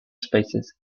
spaces